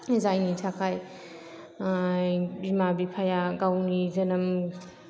जायनि थाखाय बिमा बिफाया गावनि जोनोम